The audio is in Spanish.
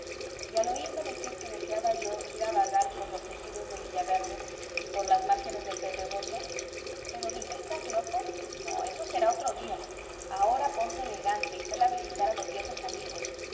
vean y al oírme decir que deseaba yo ir a vagar por los ejidos de villaverde y por las márgenes del pedregoso pero dime estás loco no eso será otro día ahora ponte elegante y sal a visitar a los viejos amigos